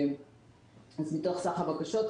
מתוך סך הבקשות,